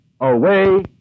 away